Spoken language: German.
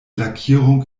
lackierung